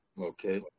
Okay